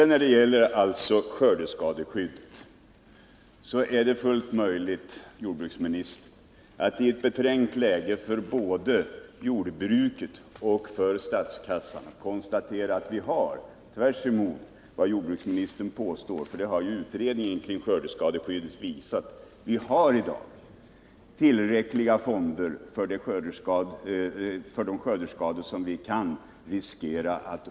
När det sedan gäller skördeskadeskyddet är det fullt möjligt, herr jordbruksminister, att i ett både för jordbruket och för statskassan beträngt läge konstatera att vi — tvärt emot vad jordbruksministern påstår — har tillräckliga fonder för att möta de skördeskador som vi kan riskera att få uppleva. Det har utredningen kring skördeskadeskyddet visat.